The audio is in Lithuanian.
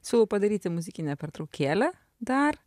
siūlau padaryti muzikinę pertraukėlę dar